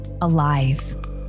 alive